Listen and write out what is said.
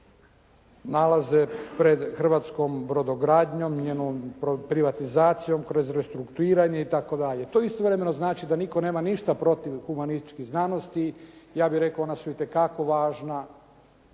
koje se nalaze pred hrvatskom brodogradnjom, njenom privatizacijom, kroz restrukturiranje i tako dalje. To istovremeno znači da nitko nema ništa protiv humanističkih znanosti. Ja bih rekao ona su itekako važna,